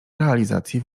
realizacji